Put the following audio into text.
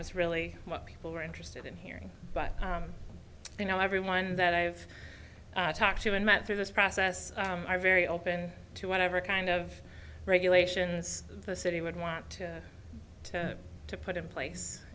was really what people were interested in hearing but you know everyone that i've talked to and met through this process i'm very open to whatever kind of regulations the city would want to to put in place